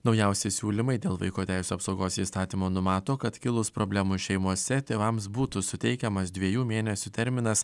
naujausi siūlymai dėl vaiko teisių apsaugos įstatymo numato kad kilus problemų šeimose tėvams būtų suteikiamas dviejų mėnesių terminas